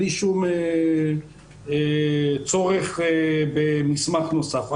בלי צורך במסמך נוסף.